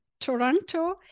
Toronto